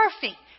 perfect